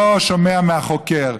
שיש שופט אחד בסדום שלא שומע מהחוקר.